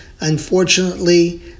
Unfortunately